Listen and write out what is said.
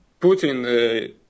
Putin